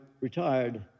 retired